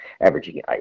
averaging